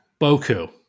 Boku